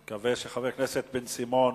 אני מקווה שחבר הכנסת בן-סימון,